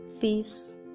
thieves